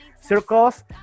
Circles